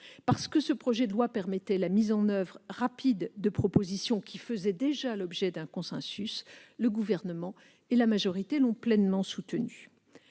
Parce que ce texte permettait la mise en oeuvre rapide de propositions qui faisaient déjà l'objet d'un consensus, le Gouvernement et la majorité l'ont pleinement soutenu.